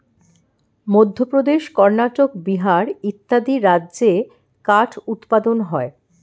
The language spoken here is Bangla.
মধ্যপ্রদেশ, কর্ণাটক, বিহার ইত্যাদি রাজ্যে কাঠ উৎপাদন হয়